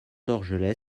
dorgelès